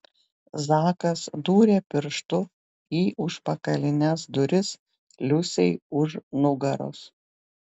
zakas dūrė pirštu į užpakalines duris liusei už nugaros